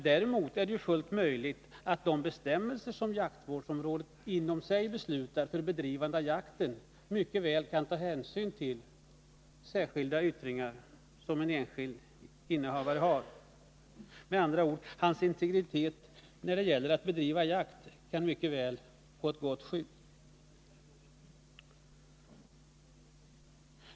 Däremot är det fullt möjligt att de bestämmelser som jaktvårdsområdet inom sig beslutar för bedrivande av jakten kan ta hänsyn till särskilda yttringar hos en enskild innehavare — med andra ord hans integritet när det gäller att bedriva jakt kan mycket väl få ett gott skydd.